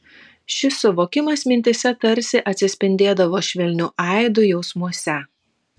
šis suvokimas mintyse tarsi atsispindėdavo švelniu aidu jausmuose